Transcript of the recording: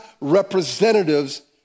representatives